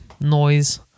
noise